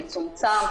מצומצם,